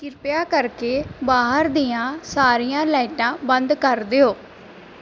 ਕਿਰਪਾ ਕਰਕੇ ਬਾਹਰ ਦੀਆਂ ਸਾਰੀਆਂ ਲਾਈਟਾਂ ਬੰਦ ਕਰ ਦਿਓ